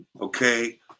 Okay